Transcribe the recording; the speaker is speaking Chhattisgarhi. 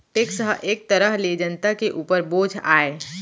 टेक्स ह एक तरह ले जनता के उपर बोझ आय